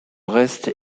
reste